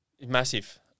Massive